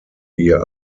ihr